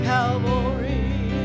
Calvary